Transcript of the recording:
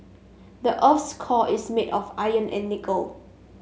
the earth's core is made of iron and nickel